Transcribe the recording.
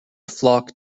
flock